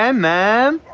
um man.